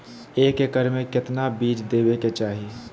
एक एकड़ मे केतना बीज देवे के चाहि?